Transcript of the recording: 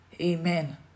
Amen